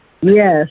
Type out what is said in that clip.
Yes